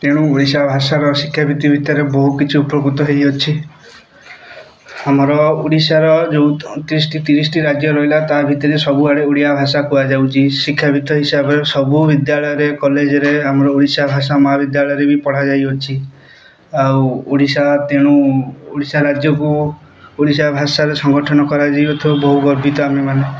ତେଣୁ ଓଡ଼ିଶା ଭାଷାର ଶିକ୍ଷାବିତ୍ତି ଭିତରେ ବହୁ କିଛି ଉପକୃତ ହେଇଅଛି ଆମର ଓଡ଼ିଶାର ଯେଉଁ ଅଣତିରିଶଟି ତିରିଶିଟି ରାଜ୍ୟ ରହିଲା ତା ଭିତରେ ସବୁଆଡ଼େ ଓଡ଼ିଆ ଭାଷା କୁହାଯାଉଛି ଶିକ୍ଷାବିତ୍ତ ହିସାବରେ ସବୁ ବିଦ୍ୟାଳୟରେ କଲେଜରେ ଆମର ଓଡ଼ିଶା ଭାଷା ମହାବିଦ୍ୟାଳୟରେ ବି ପଢ଼ାଯାଇଅଛି ଆଉ ଓଡ଼ିଶା ତେଣୁ ଓଡ଼ିଶା ରାଜ୍ୟକୁ ଓଡ଼ିଶା ଭାଷାରେ ସଂଗଠନ କରାଯାଇଥିବ ବହୁ ଗର୍ବିତ ଆମେମାନେ